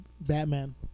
Batman